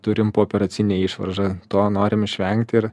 turim pooperacinę išvaržą to norim išvengti ir